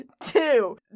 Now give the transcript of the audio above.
Two